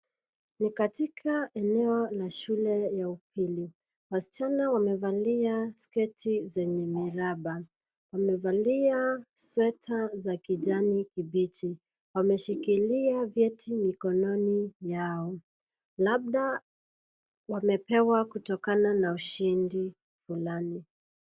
Ni katika eneo la shule ya upili. Wasichana wamevalia sketi zenye miraba. Wamevalia sweta za kijani kibichi. Wameshikilia vyeti mikononi mwao, labda wamepewa kutoka na ushindi unane.